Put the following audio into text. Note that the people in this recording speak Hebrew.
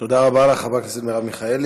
תודה רבה לך, חברת הכנסת מרב מיכאלי.